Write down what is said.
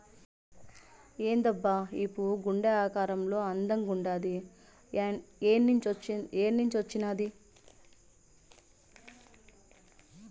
ఏందబ్బా ఈ పువ్వు గుండె ఆకారంలో అందంగుండాది ఏన్నించొచ్చినాది